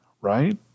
right